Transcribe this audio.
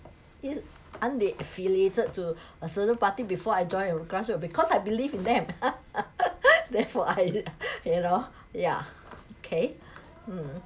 it aren't they affiliated to a certain party before I join a grassroot because I believe in them therefore I you know ya okay mm